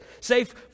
Safe